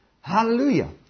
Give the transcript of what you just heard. Hallelujah